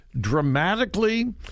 dramatically